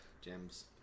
Gems